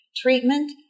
treatment